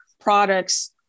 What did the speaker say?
products